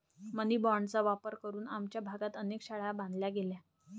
मनी बाँडचा वापर करून आमच्या भागात अनेक शाळा बांधल्या गेल्या